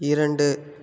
இரண்டு